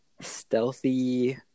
stealthy